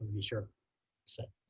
you sure said